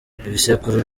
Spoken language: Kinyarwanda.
ibisekuru